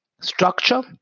structure